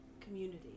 community